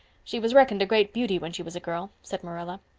she was reckoned a great beauty when she was a girl, said marilla.